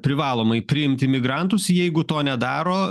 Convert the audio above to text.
privalomai priimti migrantus jeigu to nedaro